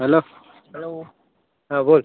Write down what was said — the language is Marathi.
हॅलो हा बोल